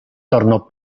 tornò